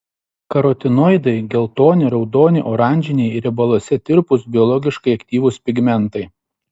karotinoidai geltoni raudoni oranžiniai riebaluose tirpūs biologiškai aktyvūs pigmentai